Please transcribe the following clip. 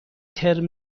ترم